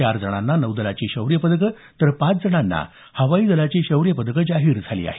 चार जणांना नौदलाची शौर्य पदकं तर पाच जणांना हवाई दलाची शौर्य पदकं जाहीर झाली आहेत